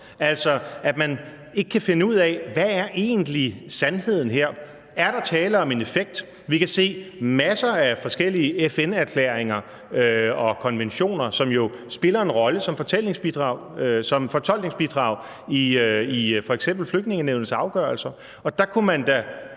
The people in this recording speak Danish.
altså at man ikke kan finde ud af, hvad der egentlig er sandheden her. Er der tale om en effekt? Vi kan se masser af forskellige FN-erklæringer og konventioner, som jo spiller en rolle som fortolkningsbidrag i f.eks. Flygtningenævnets afgørelser, og der kunne man da